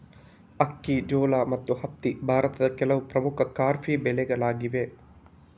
ಅಕ್ಕಿ, ಜೋಳ ಮತ್ತು ಹತ್ತಿ ಭಾರತದ ಕೆಲವು ಪ್ರಮುಖ ಖಾರಿಫ್ ಬೆಳೆಗಳಾಗಿವೆ